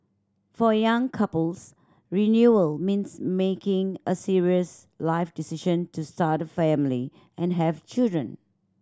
for young couples renewal means making a serious life decision to start a family and have children